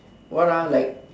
what ah like